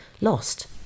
Lost